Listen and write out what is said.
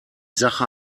sache